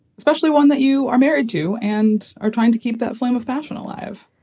especially one that you are married to and are trying to keep that flame of passion alive.